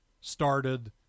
started